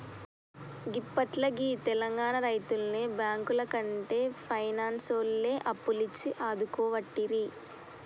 గిప్పట్ల గీ తెలంగాణ రైతుల్ని బాంకులకంటే పైనాన్సోల్లే అప్పులిచ్చి ఆదుకోవట్టిరి